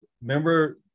remember